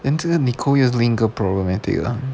then 这个 nicole link 一个 problematic lah